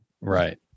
Right